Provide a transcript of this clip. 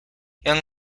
young